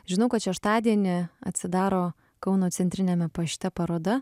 žinau kad šeštadienį atsidaro kauno centriniame pašte paroda